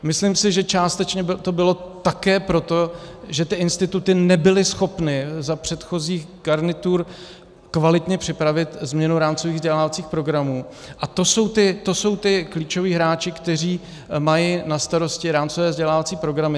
Myslím si, že částečně to bylo také proto, že ty instituty nebyly schopny za předchozích garnitur kvalitně připravit změnu rámcových vzdělávacích programů, a to jsou ti klíčoví hráči, kteří mají na starosti rámcové vzdělávací programy.